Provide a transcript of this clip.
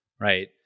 right